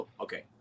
Okay